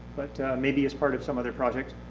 but maybe as part of some other project.